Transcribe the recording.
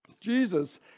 Jesus